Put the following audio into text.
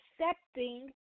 accepting